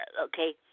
okay